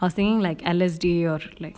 I was thinking like L_S_D or like